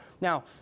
Now